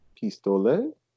Pistole